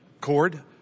Cord